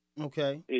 Okay